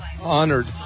honored